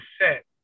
set